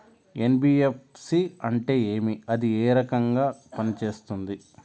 NBFC అంటే ఏమి అది ఏ రకంగా పనిసేస్తుంది